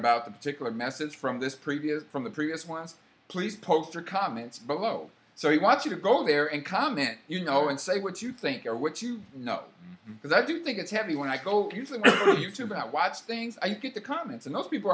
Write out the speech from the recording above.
about that particular message from this previous from the previous ones please post your comments below so he wants you to go there and comment you know and say what you think or what you know because i do think it's heavy when i go to you to about watch things i get the comments and those people